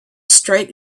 straight